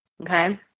okay